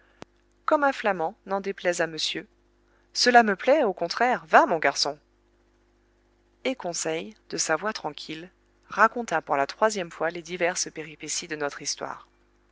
comme un flamand n'en déplaise à monsieur cela me plaît au contraire va mon garçon et conseil de sa voix tranquille raconta pour la troisième fois les diverses péripéties de notre histoire